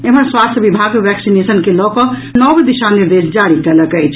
एम्हर स्वास्थ्य विभाग वैक्सीनेशन के लऽ कऽ नव दिशा निर्देश जारी कयलक अछि